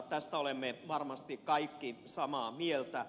tästä olemme varmasti kaikki samaa mieltä